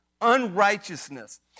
Unrighteousness